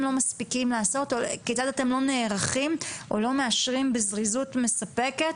לא מספיקים או לא נערכים אליו בזריזות מספקת,